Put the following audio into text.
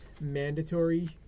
mandatory